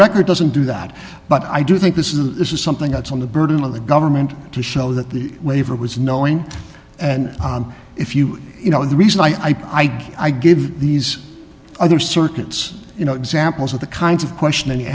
record doesn't do that but i do think this is something that's on the burden of the government to show that the waiver was knowing and if you know the reason i i give these other circuits you know examples of the kinds of question and you